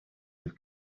have